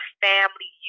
family